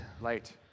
Light